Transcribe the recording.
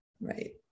right